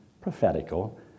prophetical